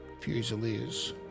Fusiliers